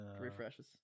refreshes